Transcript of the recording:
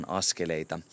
askeleita